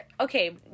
okay